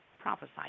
prophesied